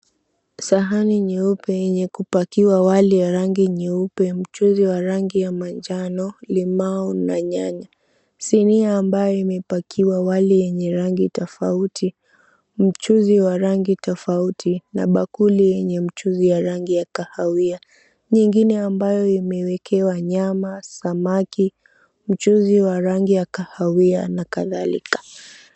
Sahani nyeupe yenye kupakiwa wali wa rangi nyeupe, mchuzi wa rangi ya manjano, limau na nyanya. Sinia ambayo imepakiwa wali wenye rangi tofauti, mchuzi wa rangi tofauti na bakuli yenye mchuzi wa rangi ya kahawia, nyingine ambayo imewekewa nyama na samaki mchuzi wa rangi ya kahawia na kadhalika.